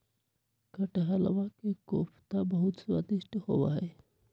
कटहलवा के कोफ्ता बहुत स्वादिष्ट होबा हई